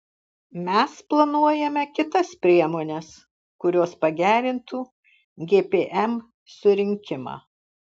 mes planuojame kitas priemones kurios pagerintų gpm surinkimą